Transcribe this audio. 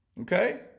Okay